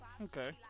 Okay